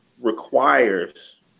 requires